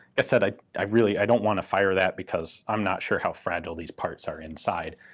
i said i i really i don't want to fire that because i'm not sure how fragile these parts are inside,